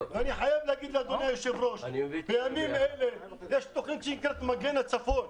אני חייב לומר לאדוני היושב ראש שיש תוכנית שנקראת מגן הצפון,